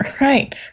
Right